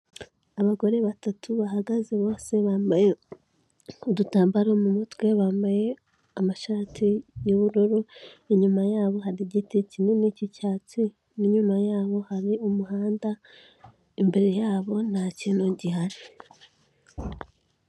Abagore batatu, bahagaze bose bambaye udutambaro mu mutwe, bambaye amashati y'ubururu, inyuma yabo hari igiti kinini cy'icyatsi, n'inyuma yabo hari umuhanda, imbere yabo nta kintu gihari.